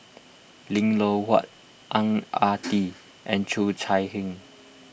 Lim Loh Huat Ang Ah Tee and Cheo Chai Hiang